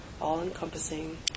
all-encompassing